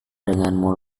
denganmu